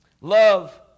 Love